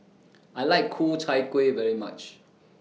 I like Ku Chai Kuih very much